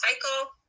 cycle